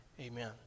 Amen